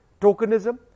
tokenism